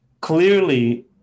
clearly